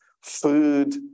food